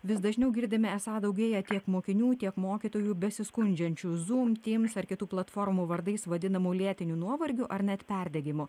vis dažniau girdime esą daugėja tiek mokinių tiek mokytojų besiskundžiančių zum tyms ar kitų platformų vardais vadinamų lėtiniu nuovargiu ar net perdegimu